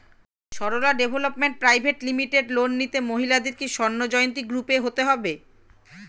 Sarala development private limited loan নিতে মহিলাদের কি স্বর্ণ জয়ন্তী গ্রুপে হতে হবে?